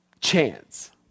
Chance